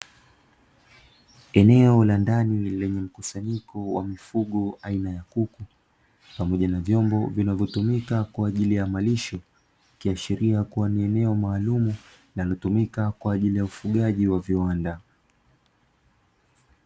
Eneo la ndani lenye mkusanyiko wa mifugo aina ya kuku pamoja na vyombo vinavyotumika kwa ajili ya malisho, ikiashiria kuwa ni eneo maalumu linalotumika kwa ajili ya ufugaji wa viwanda.